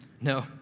No